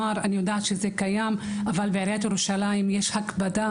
אני יודעת שזה קיים אבל בעיריית ירושלים יש הקפדה